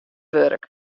wurk